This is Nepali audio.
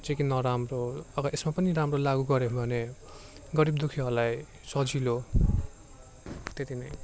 जो कि नराम्रो हो अब यसमा पनि राम्रो लागु गर्यो भने गरीब दुखीहरूलाई सजिलो त्यति नै हो